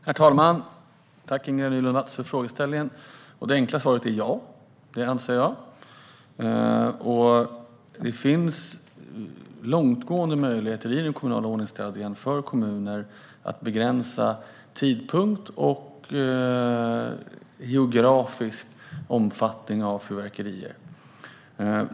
Herr talman! Jag tackar Ingela Nylund Watz för frågan. Det enkla svaret är: Ja, det anser jag. Det finns långtgående möjligheter i den kommunala ordningsstadgan för kommuner att begränsa tidpunkt och geografisk omfattning av fyrverkerier.